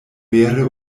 vere